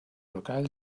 local